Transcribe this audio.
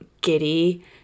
giddy